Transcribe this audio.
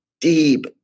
deep